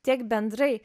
tiek bendrai